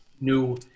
new